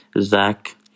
Zach